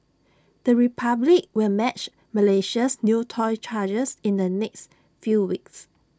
the republic will match Malaysia's new toll charges in the next few weeks